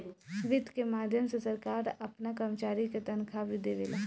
वित्त के माध्यम से सरकार आपना कर्मचारी के तनखाह भी देवेला